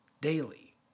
daily